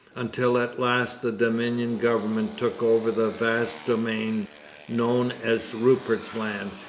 until at last the dominion government took over the vast domain known as rupert's land,